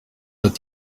ati